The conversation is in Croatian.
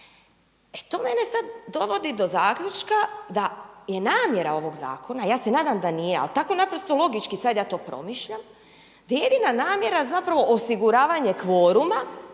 E to mene sada dovodi do zaključka da je namjera ovog zakona, ja se nadam da nije ali tako naprosto logički sada ja to promišljam, da je jedina namjera zapravo osiguravanje kvoruma